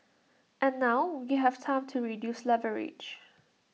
and now we have time to reduce leverage